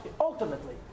ultimately